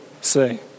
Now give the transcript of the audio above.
say